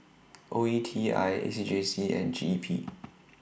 O E T I A C J C and G E P